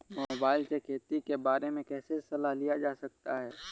Mobile से खेती के बारे कैसे सलाह लिया जा सकता है?